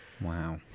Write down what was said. Wow